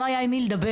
אך לא היה עם מי לדבר.